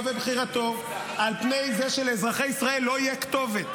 ובחירתו על פני זה שלאזרחי ישראל לא תהיה כתובת,